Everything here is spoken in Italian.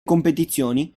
competizioni